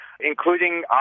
including